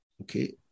Okay